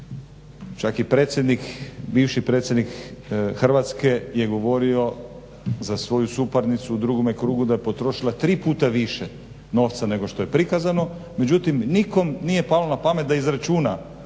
bivši predsjednik Hrvatske je govorio za svoju suparnicu u drugome krugu da je potrošila 3 puta više novca nego što je prikazano, međutim nikom nije palo na pamet da izračuna